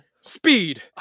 Speed